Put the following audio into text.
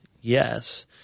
Yes